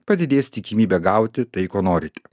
padidės tikimybė gauti tai ko norite